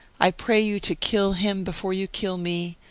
i pray you to kill him before you kill me,